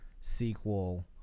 sequel